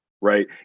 right